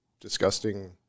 disgusting